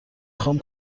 خوام